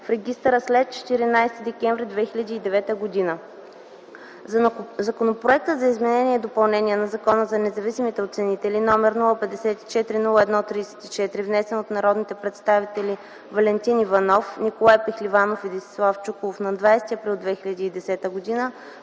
в регистъра след 14 декември 2009 г. Законопроектът за изменение и допълнение на Закона за независимите оценители, № 054-01-34, внесен от народните представители Валентин Иванов, Николай Пехливанов и Десислав Чуколов на 20 април 2010 г.,